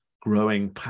growing